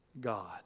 God